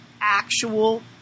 actual